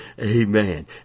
amen